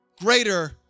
greater